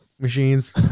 machines